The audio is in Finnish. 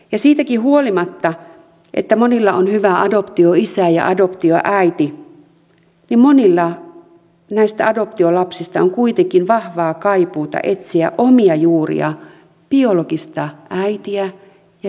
ja siitäkin huolimatta että monilla on hyvä adoptioisä ja adoptioäiti monilla näistä adoptiolapsista on kuitenkin vahvaa kaipuuta etsiä omia juuria biologista äitiä ja biologista isää